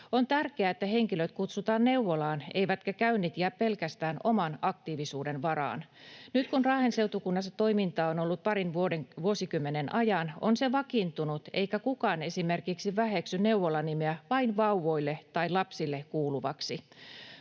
On tärkeää, että henkilöt kutsutaan neuvolaan, eivätkä käynnit jää pelkästään oman aktiivisuuden varaan. Nyt, kun Raahen seutukunnassa toimintaa on ollut parin vuosikymmenen ajan, on se vakiintunut, eikä kukaan esimerkiksi väheksy neuvolan nimeä vain vauvoille tai lapsille kuuluvaksi.